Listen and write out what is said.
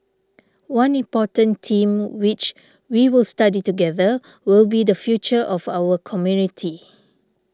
one important theme which we will study together will be the future of our community